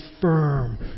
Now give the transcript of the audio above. firm